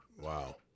Wow